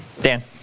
Dan